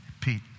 Pete